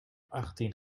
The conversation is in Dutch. achttien